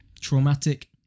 traumatic